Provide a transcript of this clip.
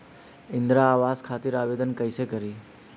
इंद्रा आवास खातिर आवेदन कइसे करि?